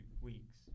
weeks